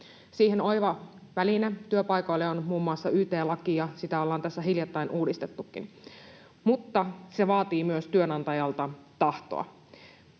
Siihen oiva väline työpaikoille on muun muassa yt-laki, ja sitä ollaan tässä hiljattain uudistettukin. Mutta se vaatii myös työnantajalta tahtoa.